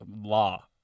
Law